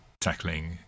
tackling